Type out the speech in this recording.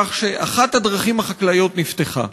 כך שאחת הדרכים החקלאיות נפתחה.